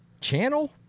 channel